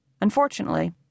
Unfortunately